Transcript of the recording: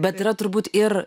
bet yra turbūt ir